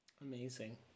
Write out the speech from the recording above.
Amazing